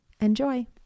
Enjoy